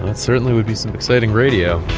and certainly would be some exciting radio